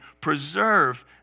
preserve